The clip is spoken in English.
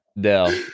Dell